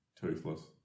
toothless